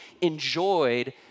enjoyed